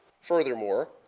Furthermore